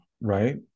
right